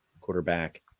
quarterback